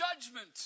judgment